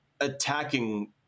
attacking